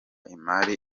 imari